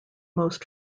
most